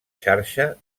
xarxa